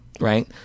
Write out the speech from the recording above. Right